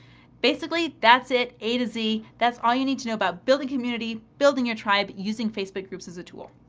basically that's it. a to z. that's all you need to know about building community, building your tribe using facebook groups as a tool.